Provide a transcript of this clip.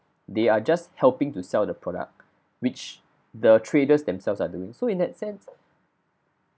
they are just helping to sell the product which the traders themselves are doing so in that sense